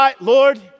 Lord